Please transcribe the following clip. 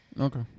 Okay